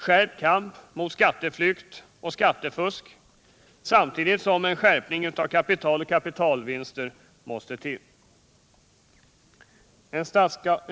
Skärpt kamp mot skatteflykt och skattefusk samtidigt med en skärpning av beskattningen av kapital och kapitalvinster måste till.